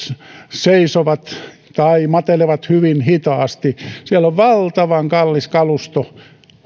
seisovat tai matelevat hyvin hitaasti siellä on valtavan kallis kalusto